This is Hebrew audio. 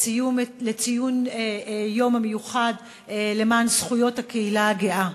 ציון היום המיוחד למען זכויות הקהילה הגאה.